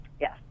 Yes